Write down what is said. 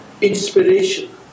inspiration